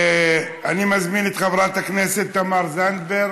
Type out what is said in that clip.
מזמין את חברת הכנסת תמר זנדברג,